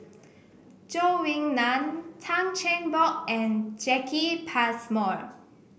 Zhou Ying Nan Tan Cheng Bock and Jacki Passmore